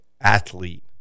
athlete